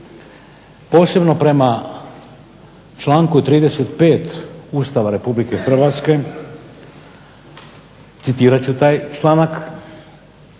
posebno prema članku 35. Ustava Republike Hrvatske, citirat ću taj članak: